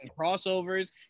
crossovers